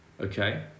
okay